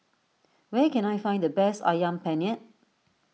where can I find the best Ayam Penyet